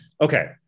Okay